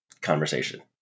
conversation